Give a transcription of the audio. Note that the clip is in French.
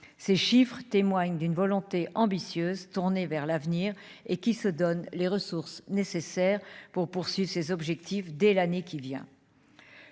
ces chiffres témoignent d'une volonté ambitieuse tournée vers l'avenir et qui se donne les ressources nécessaires pour poursuit ses objectifs dès l'année qui vient